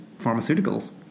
pharmaceuticals